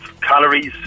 calories